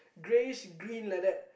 greyish green like that